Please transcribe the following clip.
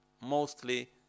mostly